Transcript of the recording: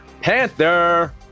Panther